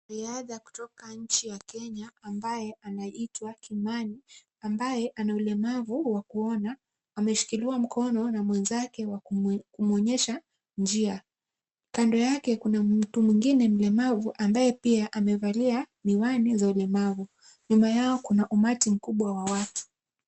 Mwanariadha kutoka nchi ya Kenya ambaye anaitwa Kimani, ambaye ana ulemavu wa kuona, ameshikiliwa mkono na mwenzake wa kumuonyesha njia. Kando yake kuna mtu mwingine mlemavu ambaye pia amevalia miwani za ulemavu. Nyuma yao kuna umati mkubwa wa watu.